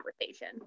conversation